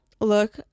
look